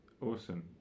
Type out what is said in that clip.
Awesome